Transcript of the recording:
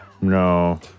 No